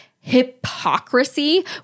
hypocrisy